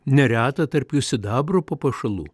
nereta tarp jų sidabro papuošalų